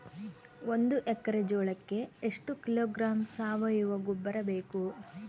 ಒಂದು ಎಕ್ಕರೆ ಜೋಳಕ್ಕೆ ಎಷ್ಟು ಕಿಲೋಗ್ರಾಂ ಸಾವಯುವ ಗೊಬ್ಬರ ಬೇಕು?